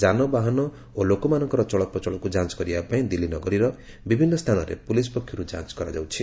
ଯାନବାହନ ଓ ଲୋକମାନଙ୍କର ଚଳପ୍ରଚଳକୁ ଯାଞ୍ଚ କରିବା ପାଇଁ ଦିଲ୍ଲୀ ନଗରୀର ବିଭିନ୍ନ ସ୍ଥାନରେ ପୁଲିସ ପକ୍ଷରୁ ଯାଞ୍ଚ କରାଯାଉଛି